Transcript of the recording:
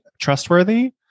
trustworthy